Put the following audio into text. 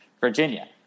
Virginia